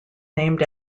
named